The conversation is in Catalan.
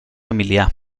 emilià